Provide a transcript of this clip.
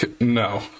no